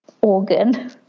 organ